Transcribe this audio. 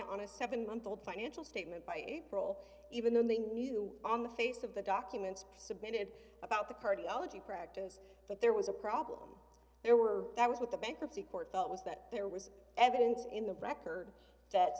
on a seven month old financial statement by april even though they knew on the face of the documents submitted about the party ology practice that there was a problem there were that was what the bankruptcy court thought was that there was evidence in the record that